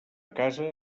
casa